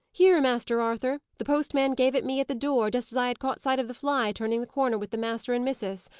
here, master arthur. the postman gave it me at the door, just as i had caught sight of the fly turning the corner with the master and missis.